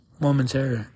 momentary